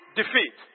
defeat